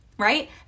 right